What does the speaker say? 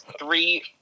three